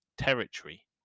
territory